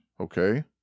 Okay